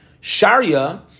Sharia